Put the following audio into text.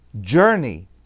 journey